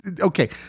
okay